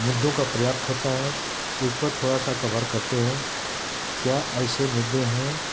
मुद्दों का पर्याप्त होता है उसे पर थोड़ा सा कर करते हैं क्या ऐसे मुद्दे हैं